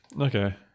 okay